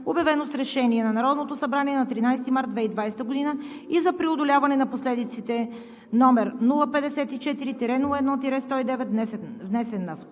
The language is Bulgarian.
обявено с решение на Народното събрание от 13 март 2020 г. и за преодоляване на последиците, № 054-01-109, внесен на 2